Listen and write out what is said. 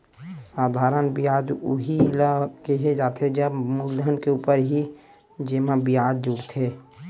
साधारन बियाज उही ल केहे जाथे जब मूलधन के ऊपर ही जेमा बियाज जुड़थे